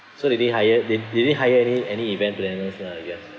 so they didn't hire they didn't hire any any event planners lah I guess